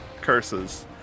Curses